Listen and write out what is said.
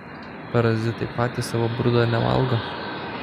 parazitai patys savo brudo nevalgo